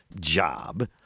job